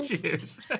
Cheers